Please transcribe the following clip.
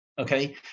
okay